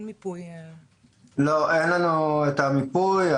אין לנו את המיפוי.